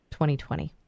2020